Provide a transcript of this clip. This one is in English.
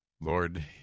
Lord